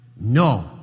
No